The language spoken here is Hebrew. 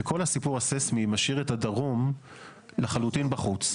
שכל הסיפור הססמי משאיר את הדרום לחלוטין בחוץ.